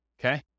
okay